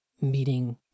meeting